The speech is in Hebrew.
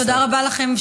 תודה רבה לכם,